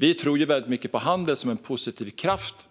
Vi tror väldigt mycket på handel som en positiv kraft